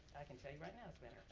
i can tell you right now